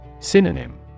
Synonym